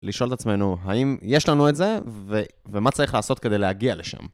לשאול את עצמנו, האם יש לנו את זה, ומה צריך לעשות כדי להגיע לשם?